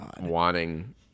wanting